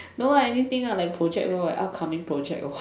no lah anything lah like project or like upcoming project work orh